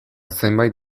zenbait